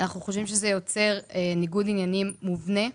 אנחנו חושבים שזה יוצר ניגוד עניינים מובנה.